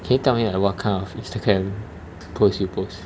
can you tell me like what kind of Instagram post you post